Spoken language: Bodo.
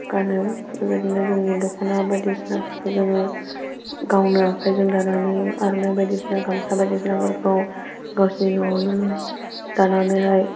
गानो बेबायदिनो जोंनि दख'ना बायदिसिनाफोरखौ जोङो गावनो आखायजों दानानै आर'नाइ बायदिसिना गामसा बायदिसिनाफोरखौ गावसिनि न'आवनो दानानैहाय